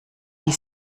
die